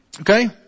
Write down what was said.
Okay